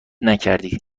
نکردی